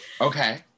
Okay